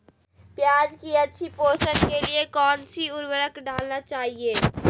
प्याज की अच्छी पोषण के लिए कौन सी उर्वरक डालना चाइए?